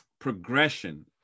progression